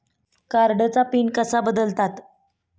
कार्डचा पिन कसा बदलतात?